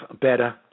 better